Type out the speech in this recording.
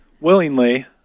willingly –